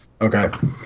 okay